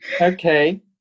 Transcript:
Okay